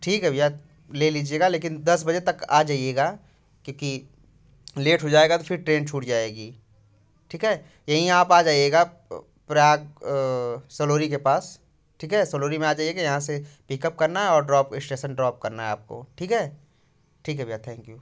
ठीक है भइया ले लीजिएगा लेकिन दस बजे तक आ जाइएगा क्योंकि लेट हो जाएगा तो फिर ट्रेन छूट जाएगी ठीक है यहीं आप आ जाइएगा प्रयाग सलोरी के पास ठीक है सलोरी में आ जाइएगा यहाँ से पिकअप करना है और ड्रॉप इस्टेशन ड्रॉप करना है आपको ठीक है ठीक है भइया थैंक यू